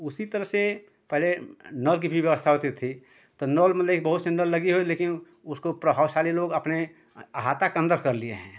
उसी तरह से पहले नौ की भी व्यवस्था होती थी तो नौल मतलब कि बहुत सुंदर लगी हो लेकिन उसको प्रभावशाली लोग अपने हाता के अंदर के लिए हैं